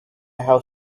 have